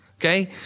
Okay